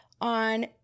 on